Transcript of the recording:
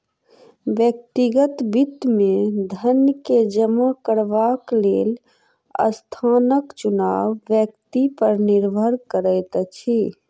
व्यक्तिगत वित्त मे धन के जमा करबाक लेल स्थानक चुनाव व्यक्ति पर निर्भर करैत अछि